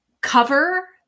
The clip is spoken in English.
cover